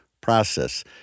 process